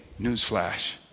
newsflash